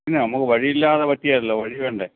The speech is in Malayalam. പിന്നെ നമുക്ക് വഴി ഇല്ലാതെ പറ്റികേലല്ലോ വഴി വേണ്ടേ